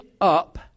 up